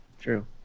True